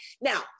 Now